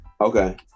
Okay